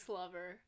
lover